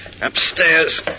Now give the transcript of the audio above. Upstairs